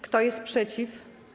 Kto jest przeciw?